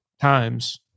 times